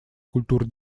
культуры